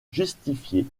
justifié